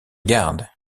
garde